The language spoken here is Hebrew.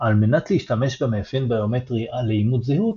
על מנת להשתמש במאפיין ביומטרי לאימות זהות,